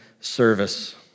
service